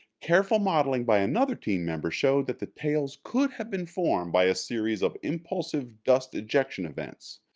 careful modeling by another team member showed that the tails could have been formed by a series of impulsive dust-ejection events.